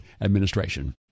administration